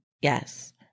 Yes